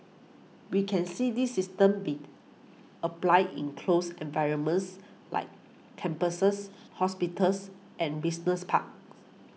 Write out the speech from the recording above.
we can see these systems be applied in closed environments like campuses hospitals and business parks